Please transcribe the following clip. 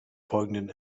folgenden